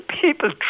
people